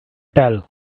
tail